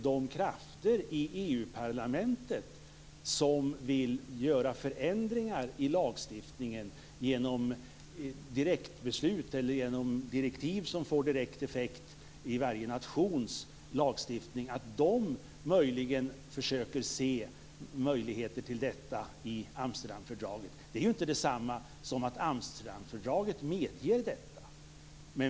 De krafter i EU-parlamentet som vill göra förändringar i lagstiftningen genom direktbeslut eller genom direktiv som får direkt effekt i varje nations lagstiftning försöker måhända se möjligheter till detta i Amsterdamfördraget, men det är inte detsamma som att Amsterfördraget medger detta.